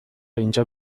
اینجا